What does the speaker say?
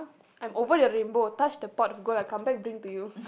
I'm over the rainbow touch the pot of gold I come back bring to you